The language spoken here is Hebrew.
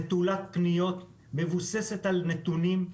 נטולת פניות, מבוססת על נתונים.